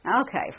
Okay